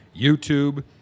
YouTube